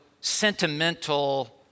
sentimental